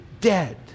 dead